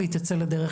והיא תצא לדרך.